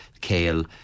kale